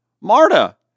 MARTA